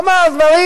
אמר דברים,